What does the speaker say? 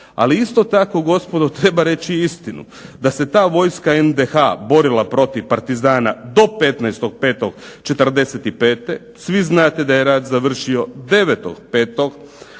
Ali isto tako gospodo treba reći istinu da se ta vojska NDH borila protiv partizana do 15.5.'45. Svi znate da je rat završio 9.5.